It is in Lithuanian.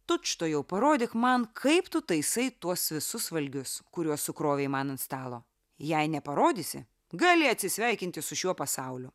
tučtuojau parodyk man kaip tu taisai tuos visus valgius kuriuos sukrovei man ant stalo jei neparodysi gali atsisveikinti su šiuo pasauliu